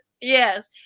yes